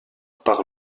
par